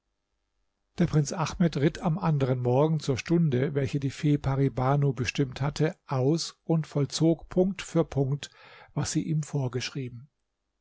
der prinz ahmed ritt am anderen morgen zur stunde welche die fee pari banu bestimmt hatte aus und vollzog punkt für punkt was sie ihm vorgeschrieben